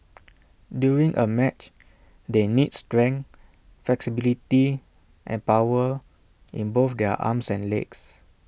during A match they need strength flexibility and power in both their arms and legs